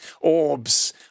orbs